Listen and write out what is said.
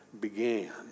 began